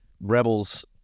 Rebels